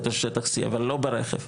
בשטח C, אבל לא ברכב.